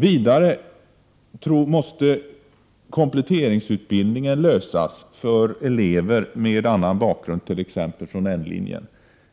Vidare måste kompletteringsutbildningen lösas för elever med annan bakgrund, t.ex. N-linjen.